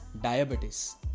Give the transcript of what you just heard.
diabetes